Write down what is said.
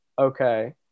okay